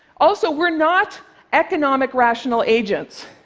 also, we're not economic rational agents.